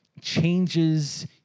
changes